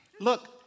look